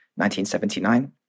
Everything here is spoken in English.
1979